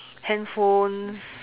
hand phones